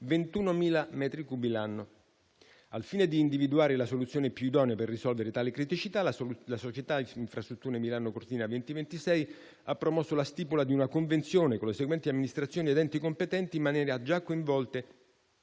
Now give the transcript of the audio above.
21.000 metri cubi l'anno. Al fine di individuare la soluzione più idonea per risolvere tale criticità, la società Infrastrutture Milano Cortina 2020-2026 ha promosso la stipula di una convenzione con le seguenti amministrazioni ed enti competenti, già coinvolte